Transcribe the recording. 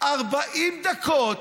40 דקות